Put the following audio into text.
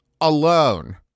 alone